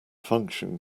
function